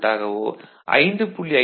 5 volt ஆகவோ 5